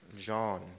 John